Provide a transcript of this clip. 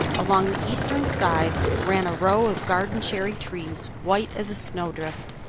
along the eastern side ran a row of garden cherry trees, white as a snowdrift.